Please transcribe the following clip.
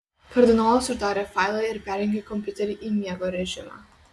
kardinolas uždarė failą ir perjungė kompiuterį į miego režimą